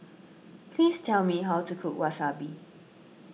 please tell me how to cook Wasabi